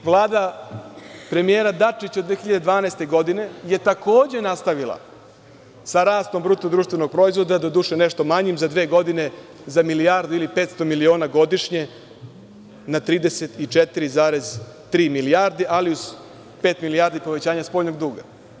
Vlada premijera Dačića 2012. godine je takođe nastavila sa rastom BDP, doduše nešto manjim, za dve godine za milijardu ili 500 miliona godišnje na 34,3 milijarde, ali uz pet milijardi povećanja spoljnog duga.